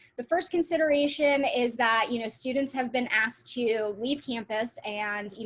the first consideration is that, you know, students have been asked to leave campus and, you